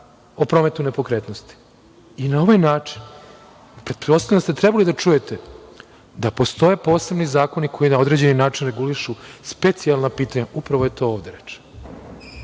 o prometu nepokretnosti. Na ovaj način pretpostavljam da ste trebali da čujete da postoje posebni zakoni koji na određeni način regulišu specijalna pitanja, upravo je to ovde reč.